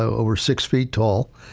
over six feet tall,